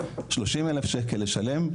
30 אלף שקל לשלם,